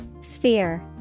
Sphere